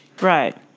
Right